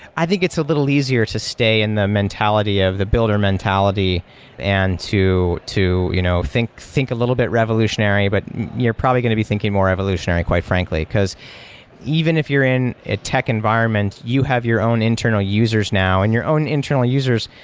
i think it's a little easier to stay in the mentality of the builder mentality and to to you know think think a little bit revolutionary, but you're probably going to be thinking more evolutionary quite frankly, because even if you're in a tech environment, you have your own internal users now, and your own internal users,